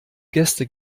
gäste